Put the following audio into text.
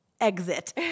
exit